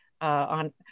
on